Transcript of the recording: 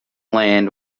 land